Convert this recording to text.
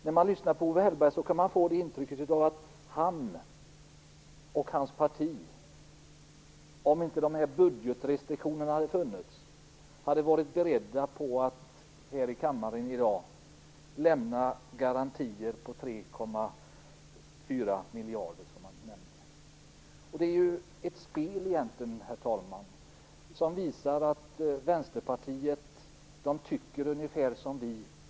När man lyssnar på Owe Hellberg kan man också få intrycket att han och hans parti hade varit beredda att här i kammaren i dag lämna garantier på 3,4 miljarder om inte budgetrestriktionerna hade funnits. Det är egentligen ett spel, herr talman, som visar att Vänsterpartiet tycker ungefär som vi.